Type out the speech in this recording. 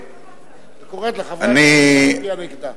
וקוראת לחברי הכנסת להצביע נגדה.